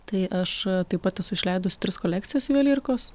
tai aš taip pat esu išleidusi tris kolekcijas juvelyrikos